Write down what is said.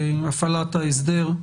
הפעלת ההסדר.